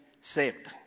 saved